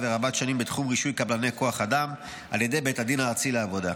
ורבת-השנים בתחום רישוי קבלני כוח אדם על ידי בית הדין הארצי לעבודה.